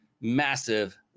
massive